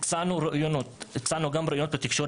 ביצענו גם ראיונות לתקשורת,